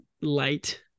light